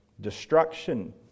destruction